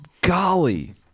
golly